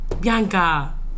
Bianca